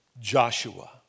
Joshua